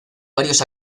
varios